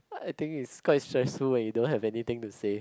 I think is quite stressful when you don't have anything to say